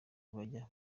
bajya